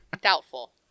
Doubtful